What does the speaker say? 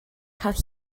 cael